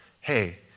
Hey